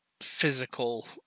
physical